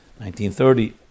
1930